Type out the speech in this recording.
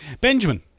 Benjamin